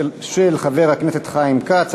של חבר הכנסת חיים כץ.